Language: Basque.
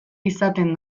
izaten